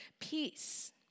peace